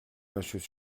monsieur